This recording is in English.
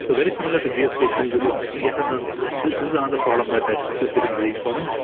so very similar to geospatial, this is yet another this is another problem that actually is getting very important.